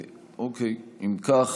אם כך,